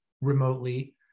remotely